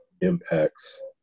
impacts